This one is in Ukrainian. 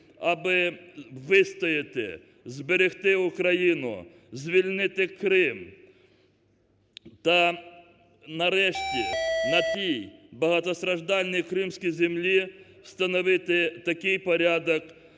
аби вистояти, зберегти Україну, звільнити Крим та, нарешті, на тій багатостраждальній кримській землі встановити такий порядок,